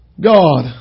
God